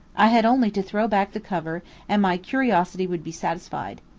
i had only to throw back the cover and my curiosity would be satisfied.